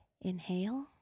Inhale